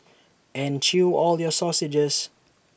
and chew all your sausages